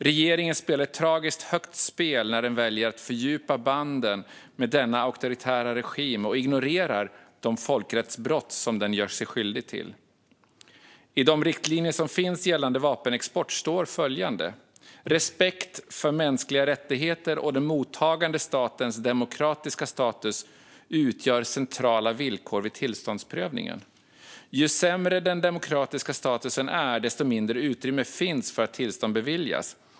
Regeringen spelar ett tragiskt högt spel när den väljer att fördjupa banden med denna auktoritära regim och ignorerar de folkrättsbrott den gör sig skyldig till. I riktlinjerna gällande vapenexport står att "respekt för mänskliga rättigheter och den mottagande statens demokratiska status utgör centrala villkor vid tillståndsprövningen. Ju sämre den demokratiska statusen är, desto mindre utrymme finns för att tillstånd beviljas.